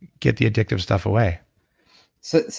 get the addictive stuff away so,